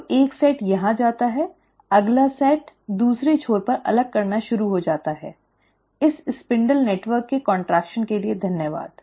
तो एक सेट यहां जाता है अगला सेट दूसरे छोर पर अलग करना शुरू हो जाता है इस स्पिंडल नेटवर्क के संकुचन के लिए धन्यवाद